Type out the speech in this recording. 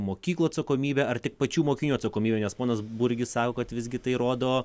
mokyklų atsakomybę ar tik pačių mokinių atsakomybę nes ponas burgis sako kad visgi tai rodo